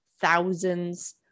thousands